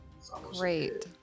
Great